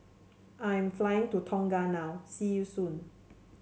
I'm flying to Tonga now see you soon